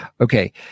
Okay